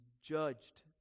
judged